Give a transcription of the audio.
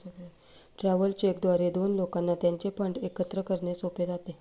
travellers cheque द्वारे दोन लोकांना त्यांचे फंड एकत्र करणे सोपे जाते